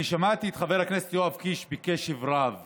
שמעתי את חבר הכנסת יואב קיש בקשב רב